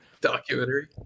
documentary